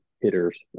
Hitters